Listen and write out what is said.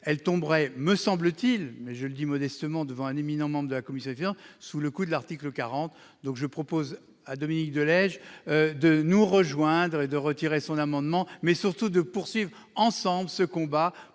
elle tomberait, me semble-t-il, je le dis modestement devant un éminent membre de la commission des finances, sous le coup de l'article 40 de la Constitution. Par conséquent, je propose à Dominique de Legge de nous rejoindre et de retirer son amendement, mais surtout de poursuivre ensemble ce combat,